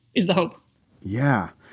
is the hope yeah.